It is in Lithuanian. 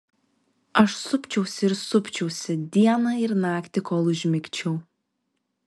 aš supčiausi ir supčiausi dieną ir naktį kol užmigčiau